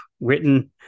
written